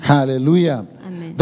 Hallelujah